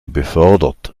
befördert